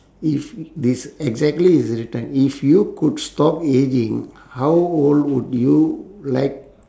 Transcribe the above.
if this exactly is written if you could stop ageing how old would you like